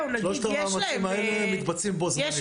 המאמצים האלה מתבצעים בו-זמנית.